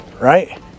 right